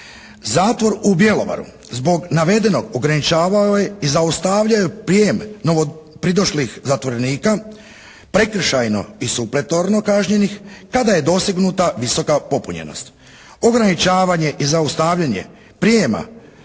Zatvor u Bjelovaru zbog navedenog ograničavao je i zaustavljao je prijem novopridošlih zatvorenika prekršajno i supletorno kažnjenih kada je dostignuta visoka popunjenost. Ograničavanje i zaustavljanje prijema